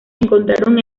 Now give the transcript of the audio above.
encontraron